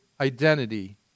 identity